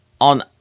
on